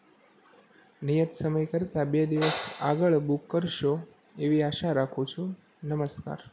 નિયત સમય કરતાં બે દિવસ આગળ બુક કરશો એવી આશા રાખું છું નમસ્કાર